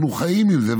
אנחנו חיים עם זה.